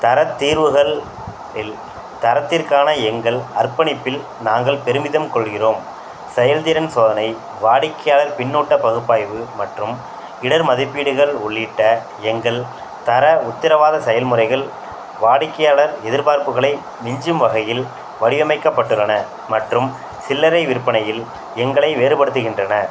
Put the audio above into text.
தரத் தீர்வுகள் இல் தரத்திற்கான எங்கள் அர்ப்பணிப்பில் நாங்கள் பெருமிதம் கொள்கிறோம் செயல்திறன் சோதனை வாடிக்கையாளர் பின்னோட்ட பகுப்பாய்வு மற்றும் இடர் மதிப்பீடுகள் உள்ளிட்ட எங்கள் தர உத்தரவாத செயல்முறைகள் வாடிக்கையாளர் எதிர்பார்ப்புகளை மிஞ்சும் வகையில் வடிவமைக்கப்பட்டுள்ளன மற்றும் சில்லறை விற்பனையில் எங்களை வேறுபடுத்துகின்றன